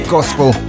Gospel